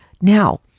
Now